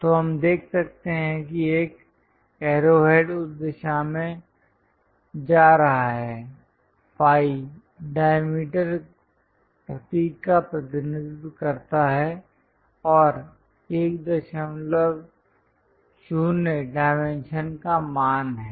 तो हम देख सकते हैं कि एक एरोहेड उस दिशा में जा रहा है फाई डायमीटर प्रतीक का प्रतिनिधित्व करता है और 10 डाइमेंशन का मान है